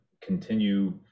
continue